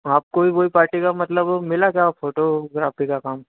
आपको भी कोई पार्टी का मतलब वो मिला क्या फोटोग्राफी का काम